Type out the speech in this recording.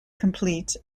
complete